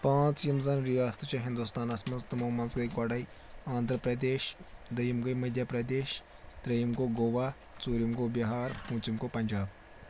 پانٛژھ یِم زن رِیاستہٕ چھِ ہِنٛدُستانَس منٛز تِمو منٛز گٔے گۄڈَے آندھرا پرٛٮ۪دیش دٔیِم گٔے مٔدھیا پرٛٮ۪دیش ترٛیٚیِم گوٚو گووا ژوٗرِم گوٚو بِہار پٲنٛژِم گوٚو پنجاب